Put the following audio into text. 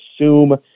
assume